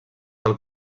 del